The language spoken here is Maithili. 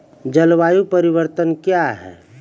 जलवायु परिवर्तन कया हैं?